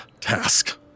task